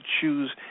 choose